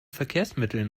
verkehrsmitteln